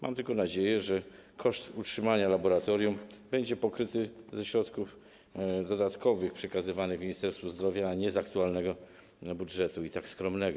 Mam tylko nadzieję, że koszt utrzymania laboratorium będzie pokryty ze środków dodatkowych przekazywanych Ministerstwu Zdrowia, a nie z aktualnego budżetu, przecież i tak skromnego.